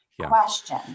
question